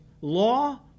law